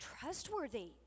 trustworthy